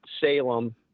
Salem